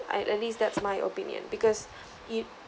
I at least that's my opinion because if